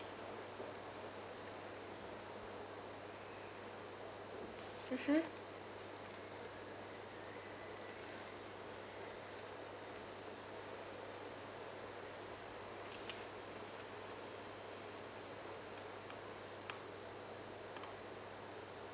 mmhmm